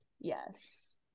Yes